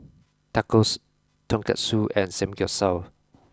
Tacos Tonkatsu and Samgyeopsal